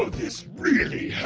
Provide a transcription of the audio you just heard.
this really